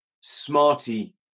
Smarty